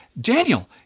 Daniel